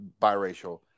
biracial